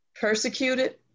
persecuted